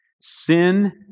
Sin